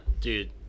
Dude